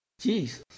Jesus